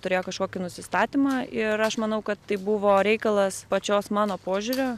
turėjo kažkokį nusistatymą ir aš manau kad tai buvo reikalas pačios mano požiūrio